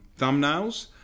thumbnails